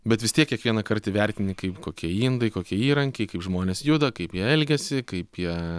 bet vis tiek kiekvienąkart įvertini kaip kokie indai kokie įrankiai kaip žmonės juda kaip jie elgiasi kaip jie